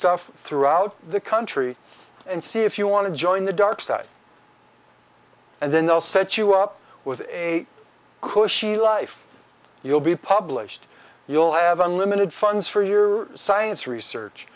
stuff throughout the country and see if you want to join the dark side and then they'll set you up with a cushy life you'll be published you'll have unlimited funds for your science research